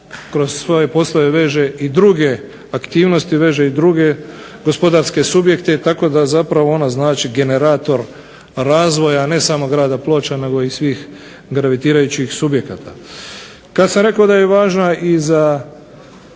kroz svoje poslove veže i druge aktivnosti, veže i druge gospodarske subjekte tako da ona znači generator razvoja ne samo Ploča nego i svih … subjekata. Kada sam rekao da je važna za